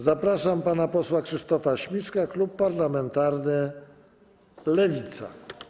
Zapraszam pana posła Krzysztofa Śmiszka, klub parlamentarny Lewica.